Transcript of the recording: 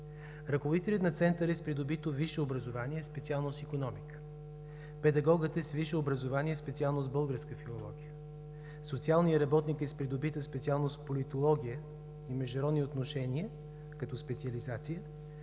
Ръководителят на Центъра е с придобито висше образование, специалност „Икономика“; педагогът е с висше образование, специалност „Българска филология“; социалният работник е с придобита специалност „Политология и международни отношения“ като специализация;